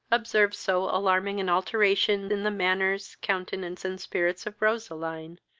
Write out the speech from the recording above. observed so alarming an alteration in the manners, countenance, and spirits, of roseline,